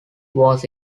was